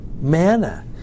manna